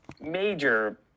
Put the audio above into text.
major